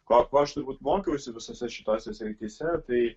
ko aš turbūt mokiausi visose šitose srityse tai